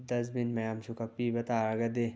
ꯗꯁꯕꯤꯟ ꯃꯌꯥꯝꯁꯨ ꯀꯛꯄꯤꯕ ꯇꯥꯔꯒꯗꯤ